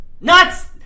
nuts